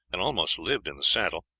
and almost lived in the saddle,